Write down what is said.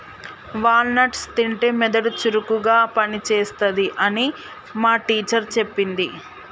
wall nuts తింటే మెదడు చురుకుగా పని చేస్తది అని మా టీచర్ చెప్పింది